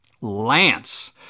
Lance